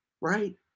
right